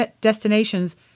destinations